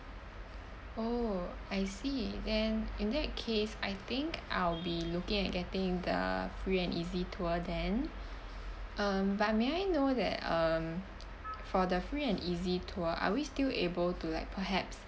oh I see then in that case I think I'll be looking at getting the free and easy tour then um but may I know that um for the free and easy tour are we still able to like perhaps